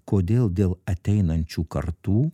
kodėl dėl ateinančių kartų